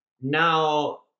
now